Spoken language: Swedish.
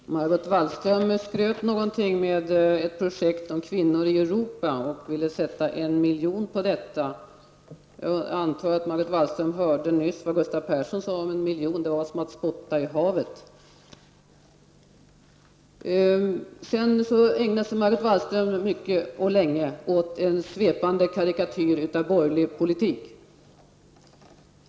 Herr talman! Margot Wallström skröt om ett projekt om Kvinnor i Europa och ville avsätta 1 milj.kr. till det. Jag antar att Margot Wallström hörde nyss vad Gustav Persson sade om 1 milj.kr. Det var som att spotta i havet. Margot Wallström ägnade sig mycket och länge åt en svepande karikatyr av borgerlig politik.